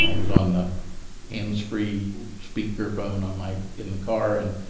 um was on a hands-free speakerphone on my in the car. and,